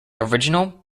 original